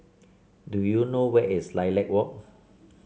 do you know where is Lilac Walk